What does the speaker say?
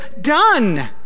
done